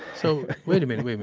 so, wait a minute, wait